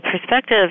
perspective